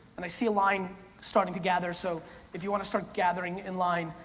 and i see a line starting to gather, so if you wanna start gathering in line,